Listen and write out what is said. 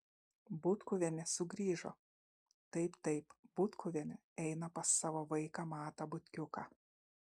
butkuvienė sugrįžo taip taip butkuvienė eina pas savo vaiką matą butkiuką